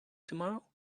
tomorrow